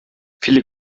viele